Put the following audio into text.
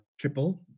triple